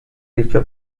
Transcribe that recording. dicho